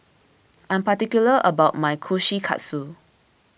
I am particular about my Kushikatsu